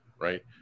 right